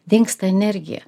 dingsta energija